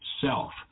self